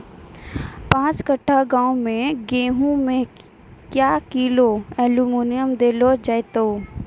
पाँच कट्ठा गांव मे गेहूँ मे क्या किलो एल्मुनियम देले जाय तो?